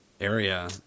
area